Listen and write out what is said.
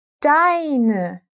deine